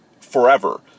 forever